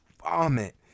Vomit